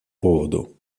поводу